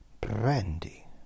Brandy